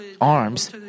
arms